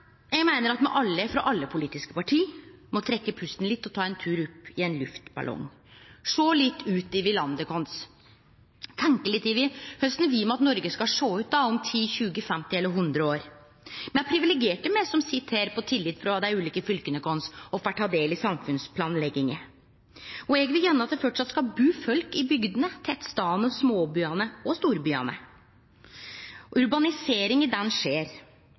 Eg meiner at alle, frå alle politiske parti, må trekkje pusten litt, ta ein tur opp i ein luftballong og sjå ut over landet vårt og tenkje litt over korleis me vil at Noreg skal sjå ut om 10, 20, 50 eller 100 år. Me er privilegerte som sit her på tillit frå dei ulike fylka våre og får ta del i samfunnsplanlegginga. Eg vil gjerne at det framleis skal bu folk i bygdene, tettstadene, småbyane og storbyane. Urbaniseringa skjer,